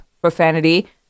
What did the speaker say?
Profanity